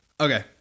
okay